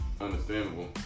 understandable